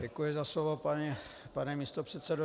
Děkuji za slovo, pane místopředsedo.